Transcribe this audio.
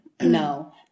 No